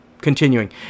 Continuing